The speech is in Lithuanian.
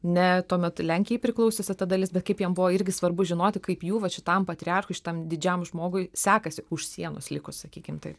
ne tuo metu lenkijai priklausiusi ta dalis bet kaip jam buvo irgi svarbu žinoti kaip jų vat šitam patriarchui šitam didžiam žmogui sekasi už sienos likus sakykim taip